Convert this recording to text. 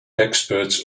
experts